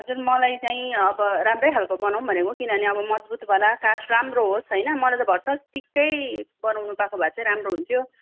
हजुर मलाई चाहिँ अब राम्रै खालको बनाउँ भनेको किनभने अब मजबुत वाला काठ राम्रो होस् होइन मलाई चाहिँ भरसक टिककै बनाउनु पाएको भए चाहिँ राम्रो हुन्थ्यो